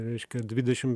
reiškia dvidešim